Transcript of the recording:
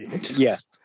Yes